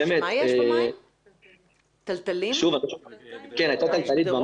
אני הלכתי,